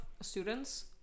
students